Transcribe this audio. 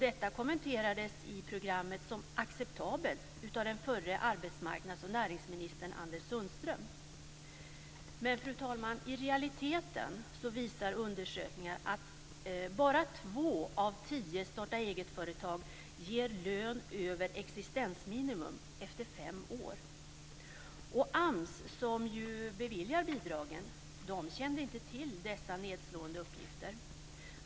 Detta kommenterades i programmet som acceptabelt av den förre arbetsmarknads och näringsministern Anders Sundström. Men, fru talman, i realiteten visar undersökningar att bara två av tio starta-eget-företag ger lön över existensminimum efter fem år. AMS, som ju beviljar bidragen, kände inte till dessa nedslående uppgifter.